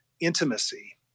intimacy